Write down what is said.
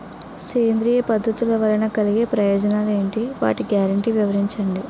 సేంద్రీయ పద్ధతుల వలన కలిగే ప్రయోజనాలు ఎంటి? వాటి గ్యారంటీ వివరించండి?